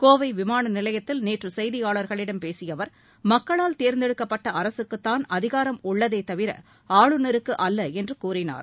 கோவை விமான நிலையத்தில் நேற்று செய்தியாளர்களிடம் பேசிய அவர் மக்களால் தேர்ந்தெடுக்கப்பட்ட அரசுக்குத்தான் அதிகாரம் உள்ளதே தவிர ஆளுநருக்கு அல்ல என்று கூறினார்